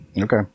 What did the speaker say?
Okay